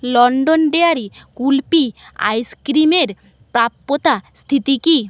London dairy kulfi আইসক্রিমের প্রাপ্যতা স্থিতি কী